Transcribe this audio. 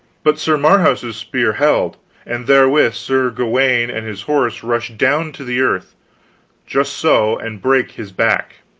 but sir marhaus's spear held and therewith sir gawaine and his horse rushed down to the earth just so and brake his back.